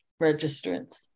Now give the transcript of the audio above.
registrants